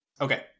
Okay